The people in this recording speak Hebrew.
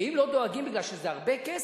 ואם לא דואגים כי זה הרבה כסף,